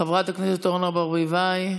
חברת הכנסת אורנה ברביבאי.